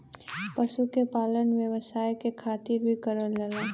पशु के पालन व्यवसाय के खातिर भी करल जाला